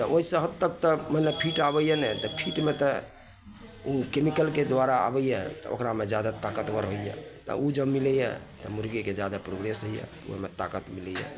आ ओहि से हद तक मने फीट आबैए ने फीटमे तऽ केमिकलके द्वारा अबैए तऽ ओकरामे जादा ताकतबर होइए आ ओ जब मिलैए तब मुर्गीके जादा प्रोग्रेस होइए ओहिमे ताकत मिलैए